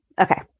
okay